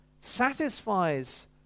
satisfies